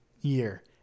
year